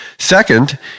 Second